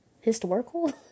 historical